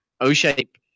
O-Shape